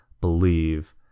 believe